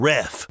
Ref